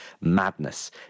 madness